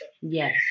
yes